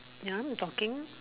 ya I'm talking